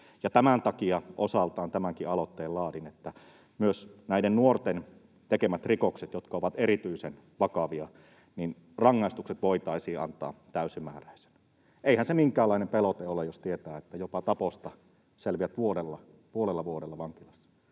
Tämän takia osaltaan tämänkin aloitteen laadin, että myös näiden nuorten tekemistä rikoksista, jotka ovat erityisen vakavia, rangaistukset voitaisiin antaa täysimääräisinä. Eihän se minkäänlainen pelote ole, jos tietää, että jopa taposta selviät vuodella tai puolella vuodella vankilassa,